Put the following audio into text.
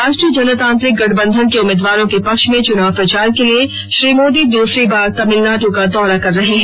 राष्ट्रीय जनतांत्रिक गठबंधन के उम्मीदवारों के पक्ष में चुनाव प्रचार के लिए श्री मोदी दूसरी बार तमिलनाडु का दौरा कर रहे हैं